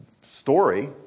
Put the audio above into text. story